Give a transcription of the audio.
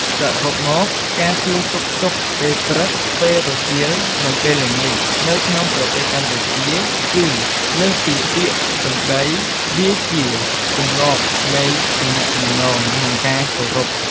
សរុបមក ការសួរសុខទុក្ខពេលព្រឹក ពេលរសៀល និងពេលល្ងាចនៅក្នុងប្រទេសកម្ពុជា គឺលើសពីពាក្យសម្ដី វាជាទម្លាប់នៃទំនាក់ទំនង និងការគោរព។